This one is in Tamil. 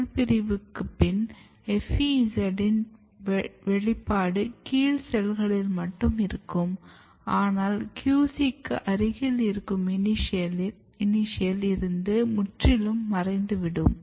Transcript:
செல் பிரிவுக்கு பின் FEZ யின் வெளிப்பாடு கீழ் செல்களில் மட்டும் இருக்கும் ஆனால் QC க்கு அருகில் இருக்கும் இனிஷியல் இருந்து முற்றிலும் மறைந்துவிடும்